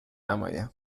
نمایم